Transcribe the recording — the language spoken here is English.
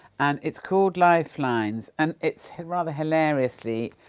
and it's called lifelines and it's. rather hilariously,